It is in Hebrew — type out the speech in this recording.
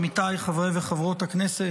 עמיתיי חברי וחברות הכנסת,